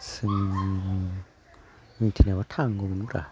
जों मिथिनायब्ला थांगौमोनरा